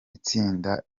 itsinda